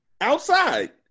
Outside